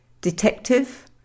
detective